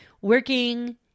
working